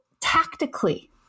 tactically